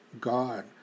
God